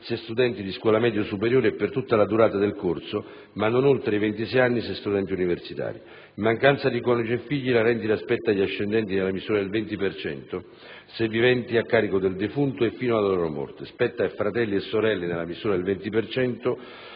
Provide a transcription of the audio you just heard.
se studenti di scuola media o superiore e per tutta la durata del corso, ma non oltre i 26 anni se studenti universitari. In mancanza di coniuge e figli, la rendita spetta agli ascendenti nella misura del 20 per cento se viventi a carico del defunto e fino alla loro morte; spetta a fratelli e sorelle nella misura del 20